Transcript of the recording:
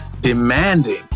demanding